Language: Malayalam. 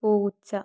പൂച്ച